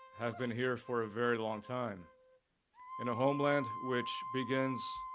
have been here for a very long time in a homeland which begins